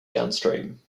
downstream